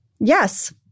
Yes